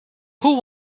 who